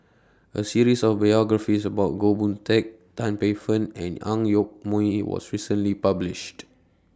A series of biographies about Goh Boon Teck Tan Paey Fern and Ang Yoke Mooi was recently published